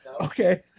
Okay